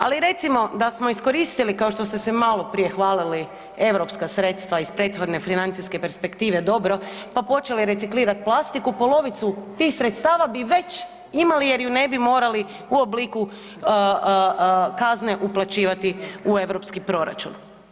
Ali recimo da smo iskoristili kao što ste se malo prije hvalili europska sredstva iz prethodne financijske perspektive pa počeli reciklirati plastiku polovicu tih sredstava bi već imali, jer ju ne bi morali u obliku kazne uplaćivati u europski proračun.